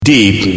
Deep